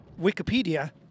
Wikipedia